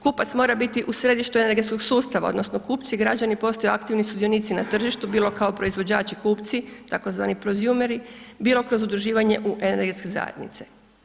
Kupac mora biti u središtu energetskog sustava odnosno kupci građani postaju aktivni sudionici na tržištu bilo kao proizvođači kupci tzv. prozjumeri, bilo kroz udruživanje u energetske zajednice.